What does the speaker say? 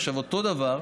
עכשיו, אותו דבר,